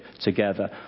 together